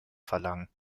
verlangen